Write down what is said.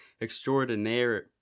extraordinary